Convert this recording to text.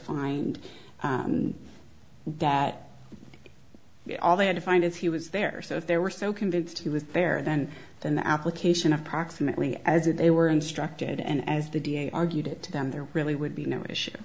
find that all they had to find is he was there so if they were so convinced he was there then in the application approximately as if they were instructed and as the da argued it to them there really would be no issue